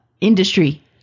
Industry